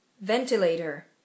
Ventilator